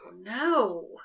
no